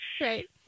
right